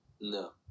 No